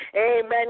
amen